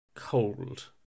Cold